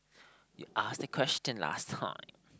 you ask me question last time